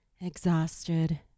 Exhausted